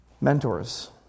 Mentors